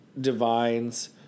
Divine's